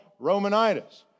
Romanitis